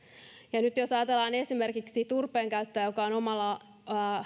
ja nyt jos ajatellaan esimerkiksi turpeen käyttöä joka on omalla